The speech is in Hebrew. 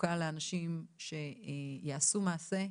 לאנשים שיעשו מעשה,